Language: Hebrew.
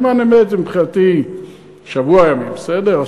זמן אמת זה מבחינתי שבוע ימים, בסדר?